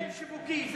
קמפיין שיווקי.